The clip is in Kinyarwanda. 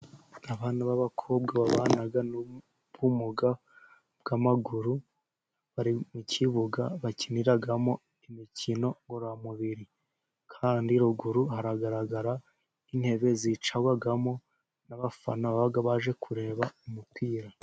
Abana b'abakobwa babana n'ubumuga bw'amaguru bari mu kibuga bakiniramo imikino ngororamubiri. Kandi ruguru haragaragara nk'intebe zicarwamo n'abafana baba baje kureba umupira.